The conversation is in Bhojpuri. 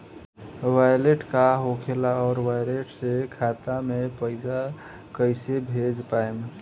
वैलेट का होखेला और वैलेट से खाता मे पईसा कइसे भेज पाएम?